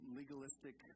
legalistic